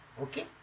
okay